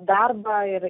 darbą ir